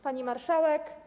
Pani Marszałek!